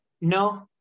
No